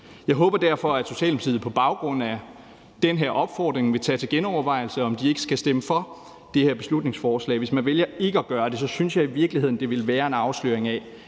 Jeg håber derfor, at Socialdemokratiet på baggrund af den her opfordring vil tage op til genovervejelse, om de ikke skal stemme for det her beslutningsforslag, og hvis man vælger ikke at gøre det, synes jeg i virkeligheden, at det vil være en afsløring af,